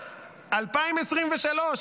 2023,